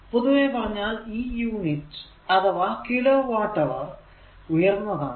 പൊതുവെ പറഞ്ഞാൽ ഈ യൂണിറ്റ് അഥവാ കിലോ വാട്ട് അവർ ഉയർന്നതാണ്